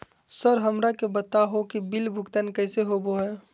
Sir हमरा के बता हो कि बिल भुगतान कैसे होबो है?